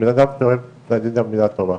בן אדם שאוהב להגיד גם מילה טובה,